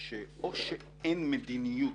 והוא שאו שאין מדיניות